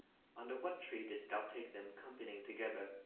under what tree didst thou take them companying together?